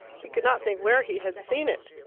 he could not think where he had seen it.